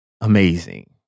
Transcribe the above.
amazing